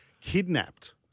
kidnapped